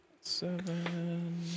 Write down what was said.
Seven